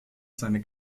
seine